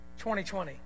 2020